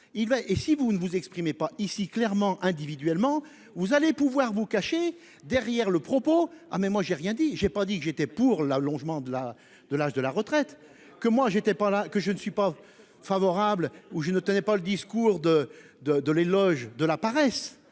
et, si vous ne vous exprimez pas ici clairement individuellement, vous allez pouvoir vous cachez derrière le propos. Ah mais moi j'ai rien dit, j'ai pas dit que j'étais pour l'allongement de la, de l'âge de la retraite que moi j'étais pas là que je ne suis pas favorable ou je ne tenais pas le discours de de de l'éloge de la paresse.